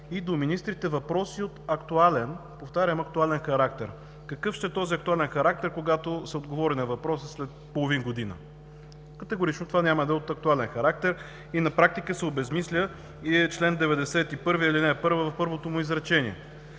до министрите въпроси от актуален – повтарям – актуален характер…“. Какъв ще е този актуален характер, когато се отговори на въпроса след половин година? Категорично това няма актуален характер и на практика се обезсмисля чл. 91, ал. 1 в първото му изречение.